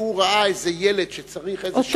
שהוא ראה איזה ילד שצריך איזו השתלה.